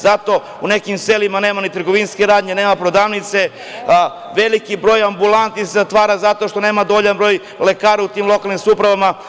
Zato u nekim selima nema ni trgovinske radnje, nema prodavnice, veliki broj ambulanti se zatvara zato što nema dovoljan broj lekara u tim lokalnim samoupravama.